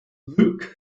look